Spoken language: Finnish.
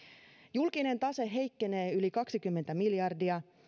julkinen tase heikkenee yli kaksikymmentä miljardia